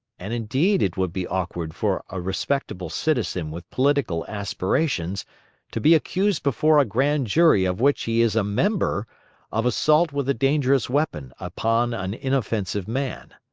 and indeed it would be awkward for a respectable citizen with political aspirations to be accused before a grand jury of which he is a member of assault with a dangerous weapon upon an inoffensive man.